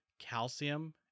calcium